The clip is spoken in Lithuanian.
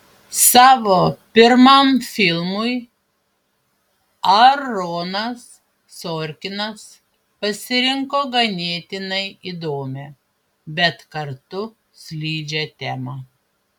savo pirmam filmui aaronas sorkinas pasirinko ganėtinai įdomią bet kartu slidžią temą